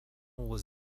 was